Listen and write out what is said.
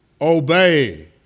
obey